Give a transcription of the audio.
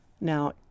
Now